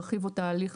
רכיב או תהליך,